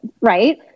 right